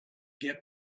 get